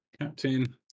captain